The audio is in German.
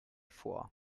vor